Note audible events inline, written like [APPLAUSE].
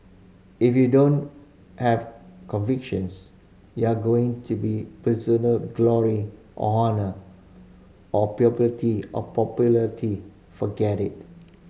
if you don't have convictions you are going to be personal glory or honour or [UNINTELLIGIBLE] or popularity forget it